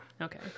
Okay